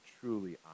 truly